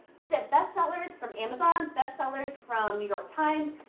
looked at best sellers from amazon. best sellers from new york times.